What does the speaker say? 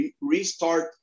restart